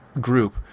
group